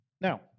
Now